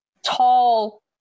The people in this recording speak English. tall